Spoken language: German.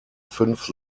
fünf